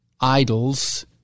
idols